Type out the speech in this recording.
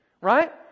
Right